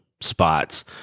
spots